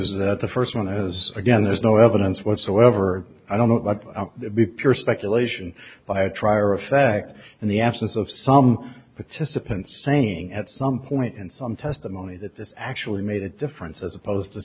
is that the first one has again there's no evidence whatsoever i don't know but i'll be pure speculation by a trier of fact in the absence of some participants saying at some point in some testimony that this actually made a difference as opposed to